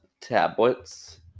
tablets